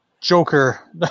Joker